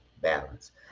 balance